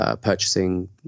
purchasing